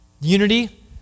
unity